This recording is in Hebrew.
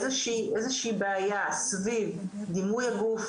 איזושהי בעיה סביב דימוי הגוף,